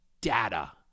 data